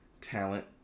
talent